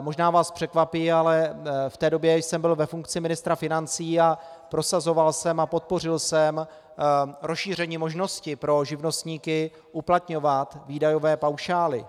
Možná vás překvapí, ale v té době jsem byl ve funkci ministra financí a prosazoval jsem a podpořil jsem rozšíření možnosti pro živnostníky uplatňovat výdajové paušály.